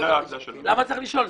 למה צריך לשאול?